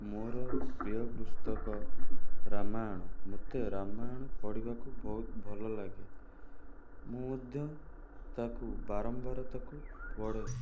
ମୋର ପ୍ରିୟ ପୁସ୍ତକ ରାମାୟଣ ମତେ ରାମାୟଣ ପଢ଼ିବାକୁ ବହୁତ ଭଲ ଲାଗେ ମୁଁ ମଧ୍ୟ ତାକୁ ବାରମ୍ବାର ତାକୁ ପଢ଼େ